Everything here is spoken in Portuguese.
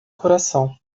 coração